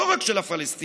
לא רק של הפלסטינים,